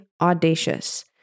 audacious